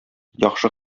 яхшы